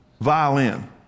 violin